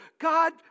God